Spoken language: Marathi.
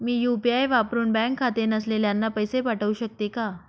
मी यू.पी.आय वापरुन बँक खाते नसलेल्यांना पैसे पाठवू शकते का?